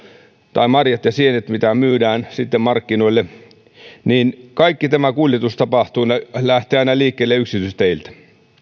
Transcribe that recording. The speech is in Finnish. tai marjat ja sienet mitä myydään sitten markkinoille kaikki tämä kuljetus lähtee aina liikkeelle yksityisteiltä